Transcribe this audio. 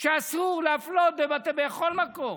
שאסור להפלות בכל מקום,